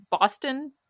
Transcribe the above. Boston